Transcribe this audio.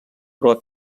però